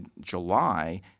July